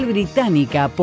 Británica